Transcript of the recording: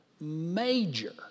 major